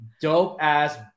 dope-ass